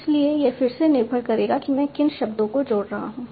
इसलिए यह फिर से निर्भर करेगा कि मैं किन शब्दों को जोड़ रहा हूं